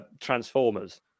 Transformers